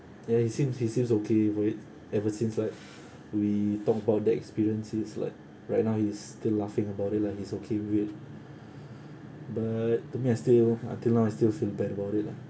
ya he seems he seems okay for it ever since like we talk about that experiences like right now he's still laughing about it lah he's okay with it but to me I still until now I still feel bad about it lah